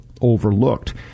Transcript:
overlooked